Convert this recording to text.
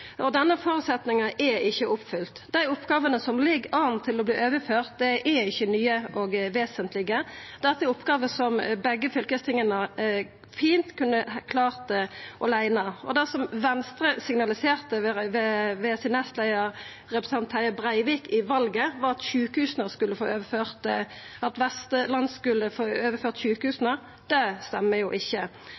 Denne føresetnaden er ikkje oppfylt. Dei oppgåvene som ligg an til å verta overførte, er ikkje nye og vesentlege. Dette er oppgåver som begge fylkestinga fint kunne klart åleine. Det Venstre ved nestleiaren, representanten Terje Breivik, signaliserte i valet, var at Vestland skulle få overført sjukehusa. Det stemmer jo ikkje. Men det aller viktigaste er at ansvar og oppgåver som i dag er lagde til fylkeskommunen, vert best varetatt dersom ein ikkje